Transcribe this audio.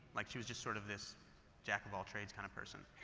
like, she was just sort of this jack of all trades kind of person.